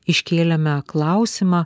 iškėlėme klausimą